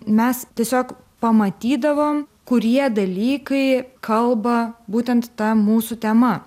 mes tiesiog pamatydavom kurie dalykai kalba būtent ta mūsų tema